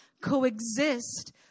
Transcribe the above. coexist